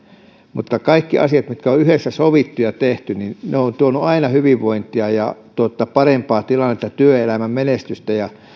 mutta kaikki asiat mitkä on yhdessä sovittu ja tehty ovat tuoneet aina hyvinvointia ja tuottaneet parempaa tilannetta työelämän menestystä